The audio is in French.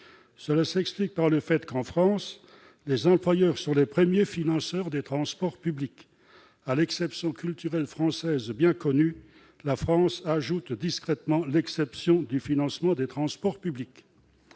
étrangers. En effet, en France, les employeurs sont les premiers financeurs des transports publics. À l'exception culturelle française bien connue, la France ajoute discrètement l'exception du financement des transports publics.